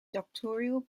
doctoral